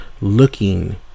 looking